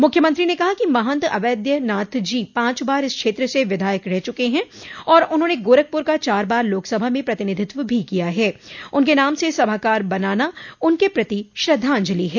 मुख्यमंत्री ने कहा कि महत अवैद्यनाथ जी पांच बार इस क्षेत्र से विधायक रह चुके हैं और उन्होंने गोरखपुर का चार बार लोकसभा में प्रतिनिधित्व भी किया है उनके नाम से सभागार बनाना उनके प्रति श्रद्धांजलि है